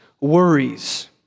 worries